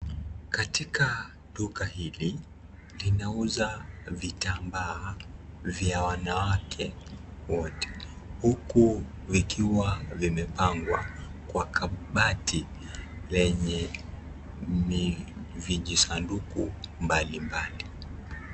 Katika duka hili, linauza vitambaa vya wanawake wote huku vikiwa vimepangwa kwa kabati lenye vijisanduku mbalimbali.